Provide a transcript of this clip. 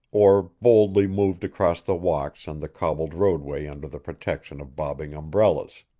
or boldly moved across the walks and the cobbled roadway under the protection of bobbing umbrellas.